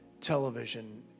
television